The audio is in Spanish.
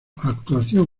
actuación